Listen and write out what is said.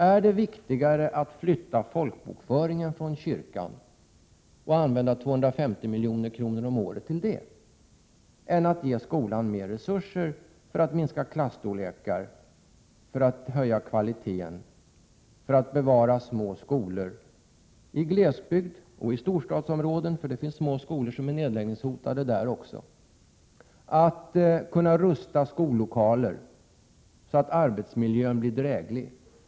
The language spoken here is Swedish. Är det viktigare att flytta folkbokföringen från kyrkan och använda 250 milj.kr. om året till det än att ge skolan mer resurser för att minska klasstorleken, för att höja kvaliteten, för att bevara små skolor på glesbygden och i storstadsområden — det finns små skolor som är nedläggningshotade även i storstadsområdena — och för att kunna rusta skollokalerna så att arbetsmiljön blir dräglig?